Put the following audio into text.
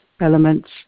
elements